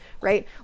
right